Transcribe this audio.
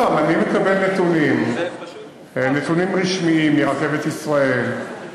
עוד הפעם, אני מקבל נתונים רשמיים מרכבת ישראל,